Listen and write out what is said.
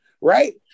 right